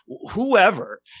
whoever